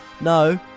no